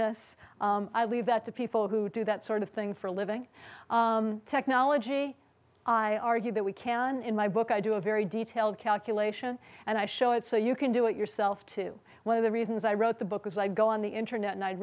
this i leave that to people who do that sort of thing for a living technology i argue that we can in my book i do a very detailed calculation and i show it so you can do it yourself to one of the reasons i wrote the book is i go on the internet